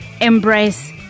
embrace